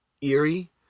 eerie